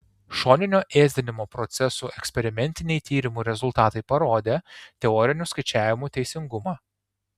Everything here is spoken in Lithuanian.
šoninio ėsdinimo procesų eksperimentiniai tyrimų rezultatai parodė teorinių skaičiavimų teisingumą